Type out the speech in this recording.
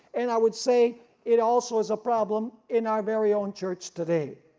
and i would say it also is a problem in our very own church today.